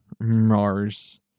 Mars